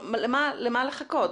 למה לחכות?